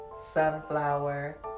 sunflower